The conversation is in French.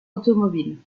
automobile